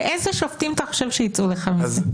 ואיזה שופטים אתה חושב שיצאו לך מזה?